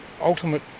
ultimate